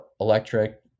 electric